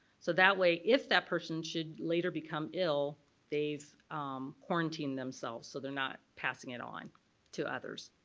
so that way if that person should later become ill they've quarantined themselves so they're not passing it on to others.